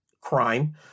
crime